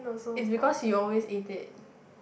is because you always eat it